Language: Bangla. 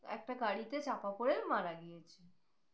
একটা গাড়িতে চাপা পড়ে মারা গিয়েছে